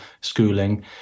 schooling